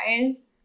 guys